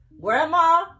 Grandma